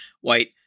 white